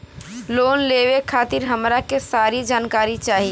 Loan लेवे खातीर हमरा के सारी जानकारी चाही?